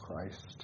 Christ